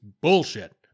bullshit